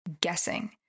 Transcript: guessing